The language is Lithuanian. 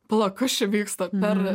pala kas čia vyksta per